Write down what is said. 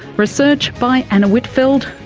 research by anna whitfeld,